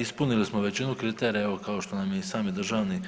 Ispunili smo većinu kriterija, evo kao što nam je i sam državni